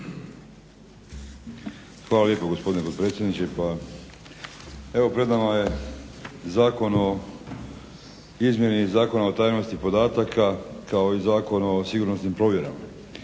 Hvala lijepa gospodine potpredsjedniče. Pa evo pred nama je Zakon o izmjeni Zakona o tajnosti podataka kao i Zakon o sigurnosnim provjerama.